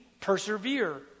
persevere